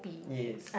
yes